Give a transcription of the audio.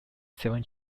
seven